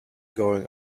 going